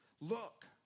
Look